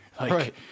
Right